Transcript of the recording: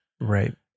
Right